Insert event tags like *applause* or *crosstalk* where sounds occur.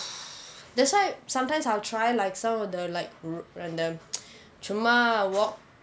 that's why sometimes I'll try like some of the like random *breath* சும்மா:summa walk